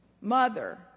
mother